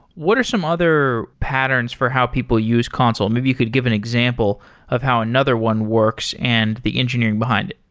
what are some other patterns for how people use consul? maybe you could give an example of how another one works and the engineering behind it.